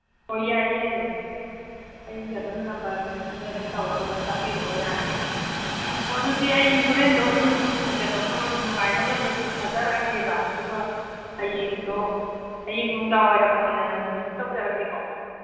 ꯍꯣꯏ ꯌꯥꯏꯌꯦ ꯌꯥꯏꯌꯦ ꯑꯩ ꯑꯗꯨꯝ ꯅꯝꯕꯔ ꯀꯩꯅꯣꯁꯤꯗ ꯑꯗꯨꯝ ꯇꯧꯔꯒ ꯑꯗꯨꯝ ꯀꯥꯞꯄꯤꯔꯛꯑꯣ ꯌꯥꯅꯤ ꯑꯣ ꯑꯗꯨꯗꯤ ꯑꯩ ꯍꯣꯔꯦꯟꯗꯣ ꯑꯗꯨꯝ ꯀꯩꯅꯣꯗꯣ ꯅꯨꯡꯉꯥꯏꯅꯕ ꯂꯤꯁꯇꯣ ꯊꯥꯖꯔꯛꯑꯒꯦꯕ ꯑꯗꯨꯒ ꯍꯌꯦꯡꯗꯣ ꯍꯌꯦꯡ ꯅꯨꯡꯗꯥꯡꯋꯥꯏꯔꯝ ꯑꯣꯏꯅ ꯗꯤꯂꯤꯚꯔꯤ ꯇꯧꯖꯔꯛꯀꯦꯀꯣ